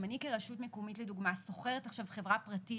אם אני כרשות מקומית לדוגמה שוכרת עכשיו חברה פרטית